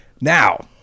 Now